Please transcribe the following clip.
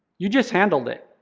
you just handled it,